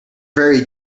very